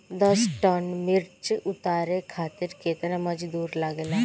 दस टन मिर्च उतारे खातीर केतना मजदुर लागेला?